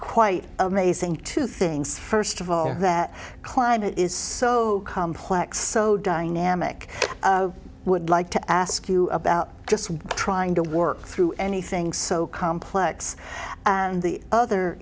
quite amazing two things first of all that climate is so complex so dynamic would like to ask you about just trying to work through anything so complex and the